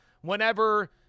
whenever